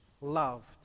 loved